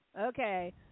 Okay